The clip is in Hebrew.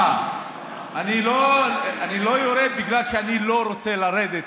אני לא יורד בגלל שאני לא רוצה לרדת,